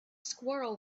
squirrel